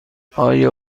آیا